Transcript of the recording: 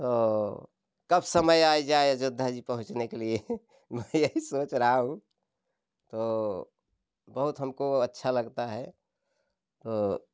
तो कब समय आए जाए अजोध्या जी पहुँचने के लिए मैं मैं यही सोच रहा हूँ तो बहुत हमको अच्छा लगता है तो